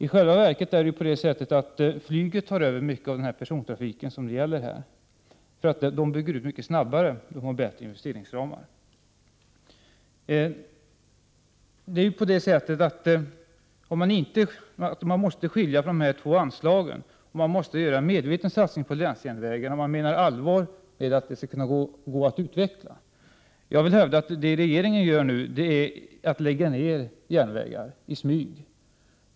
I själva verket tar flyget över mycket av den persontrafik som det här är fråga om. Flyget byggs ut mycket snabbare, eftersom investeringsramarna är mycket bättre. Man måste skilja på de två anslagen, och man måste göra en medveten satsning på länsjärnvägarna, om man menar allvar med att det skall finnas möjligheter att utveckla. Jag vill hävda att det som regeringen nu gör är att lägga ned järnvägar i smyg.